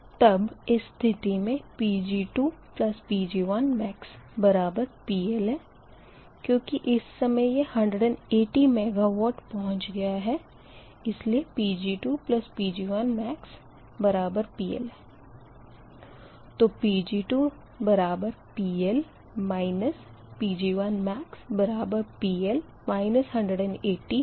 तब इस स्थिति मे Pg2Pg1maxPL क्यूँकि इस समय यह 180 MW पहुँच गया है इसलिए Pg2 Pg1maxPL तो Pg2PL Pg1maxPL 180 होगा